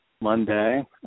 Monday